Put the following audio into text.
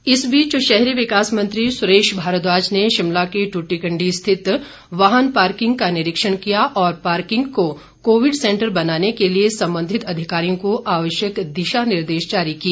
भारद्वाज इस बीच शहरी विकास मंत्री सुरेश भारद्वाज ने शिमला के ट्रटीकंडी स्थित वाहन पार्किंग का निरीक्षण किया और पार्किंग को कोविड सेंटर बनाने के लिए संबंधित अधिकारियों को आवश्यक दिशा निर्देश जारी किए